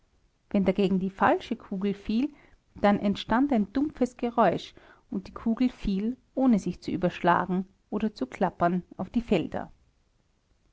wenn dagegen die falsche kugel fiel dann entstand ein dumpfes geräusch und die kugel fiel ohne sich zu überschlagen oder zu klappern auf die felder